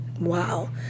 Wow